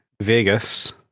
Vegas